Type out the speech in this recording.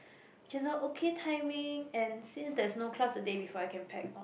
which is a okay timing and since there's no class the day before I can pack or